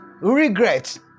regrets